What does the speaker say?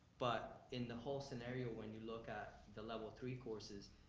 but in the whole scenario, when you look at the level three courses,